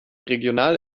regional